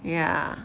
ya